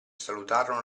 salutarono